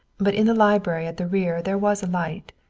but in the library at the rear there was a light.